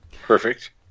Perfect